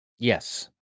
yes